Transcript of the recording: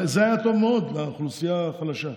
זה היה טוב מאוד לאוכלוסייה החלשה,